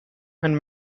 and